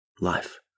Life